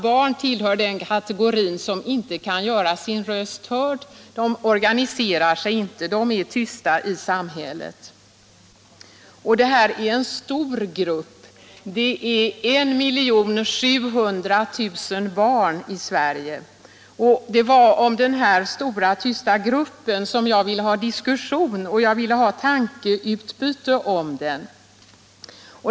Barn tillhör ju den kategori som inte kan göra sin röst hörd. De organiserar sig inte, de är tysta i samhället. Detta är en stor grupp — det finns 1 700 000 barn i Sverige. Det var om denna stora tysta grupp som jag ville ha diskussion och tankeutbyte.